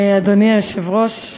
אדוני היושב-ראש,